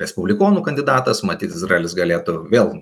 respublikonų kandidatas matyt izraelis galėtų vėl